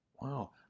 Wow